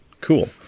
Cool